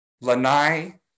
Lanai